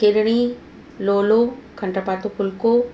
खीरिणी लोलो खंडु पातो फुल्को